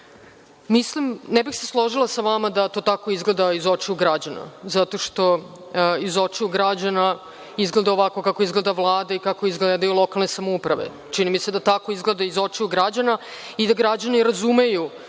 vam. Ne bih se složila sa vama da to tako izgleda iz očiju građana, zato što iz očiju izgleda ovako kako izgleda Vlada i kako izgledaju lokalne samouprave, čini mi se da tako izgleda iz očiju građana i da građani razumeju